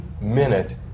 minute